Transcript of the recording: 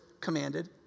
commanded